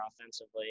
offensively